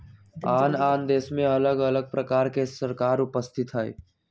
आन आन देशमें अलग अलग प्रकार के सरकार उपस्थित हइ